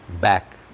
back